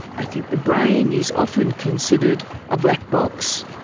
i think the brain is often considered a black box,